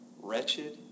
wretched